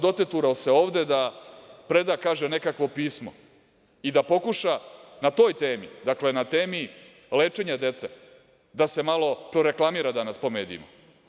Doteturao se ovde da preda, kaže, nekakvo pismo i da pokuša na toj temi, dakle, na temi lečenja dece da se malo proreklamira danas po medijima.